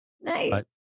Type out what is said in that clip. Nice